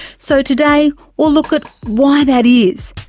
so today we'll look at why that is,